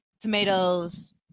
tomatoes